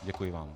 Děkuji vám.